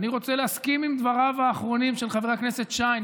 אני רוצה להסכים לדבריו האחרונים של חברי הכנסת שיין.